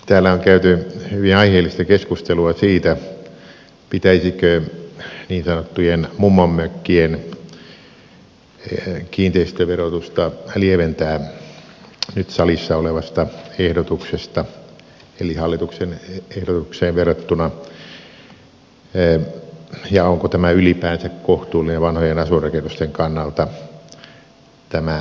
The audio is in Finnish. täällä on käyty hyvin aiheellista keskustelua siitä pitäisikö niin sanottujen mummonmökkien kiinteistöverotusta lieventää nyt salissa olevasta ehdotuksesta eli hallituksen ehdotukseen verrattuna ja onko tämä muutosesitys ylipäänsä kohtuullinen vanhojen asuinrakennusten kannalta